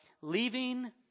leaving